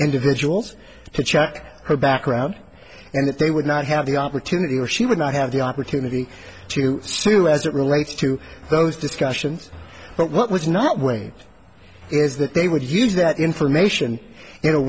individuals to check her background and that they would not have the opportunity or she would not have the opportunity to sue as it relates to those discussions but what was not waged is that they would use that information in a